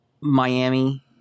Miami